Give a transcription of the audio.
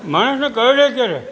માણસને કરડે ત્યારે